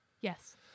Yes